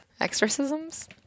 Exorcisms